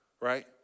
right